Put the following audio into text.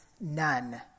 none